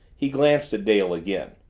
he glanced at dale again.